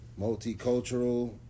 multicultural